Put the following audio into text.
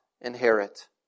inherit